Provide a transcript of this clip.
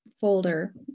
folder